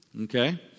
Okay